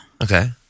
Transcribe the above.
Okay